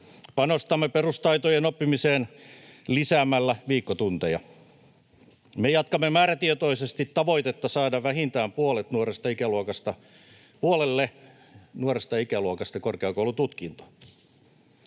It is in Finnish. Panostamme perustaitojen oppimiseen lisäämällä viikkotunteja. Me jatkamme määrätietoisesti tavoitetta saada vähintään puolelle nuoresta ikäluokasta korkeakoulututkinto.